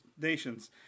nations